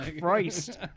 Christ